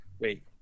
wait